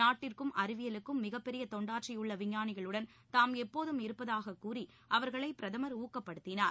நாட்டிற்கும் அறிவியலுக்கும் மிகப்பெரிய தொண்டாற்றியுள்ள விஞ்ஞானிகளுடன் தாம் எப்போதும் இருப்பதாக கூறி அவர்களை பிரதமர் ஊக்கப்படுத்தினார்